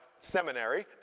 seminary